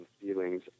feelings